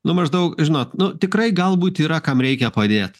nu maždaug žinot nu tikrai galbūt yra kam reikia padėt